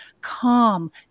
calm